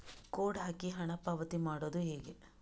Code ಹಾಕಿ ಹಣ ಪಾವತಿ ಮಾಡೋದು ಹೇಗೆ?